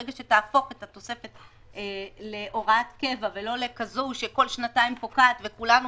ברגע שתהפוך את התוספת להוראת קבע ולא לכזו שכל שנתיים פוקעת וכולנו